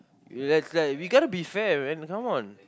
ya let's let's you got to be fair man come on